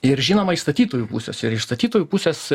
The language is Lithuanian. ir žinoma iš statytojų pusės ir iš statytojų pusės